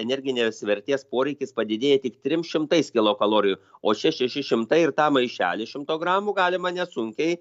energinės vertės poreikis padidėja tik trim šimtais kilokalorijų o čia šeši šimtai ir tą maišelį šimto gramų galima nesunkiai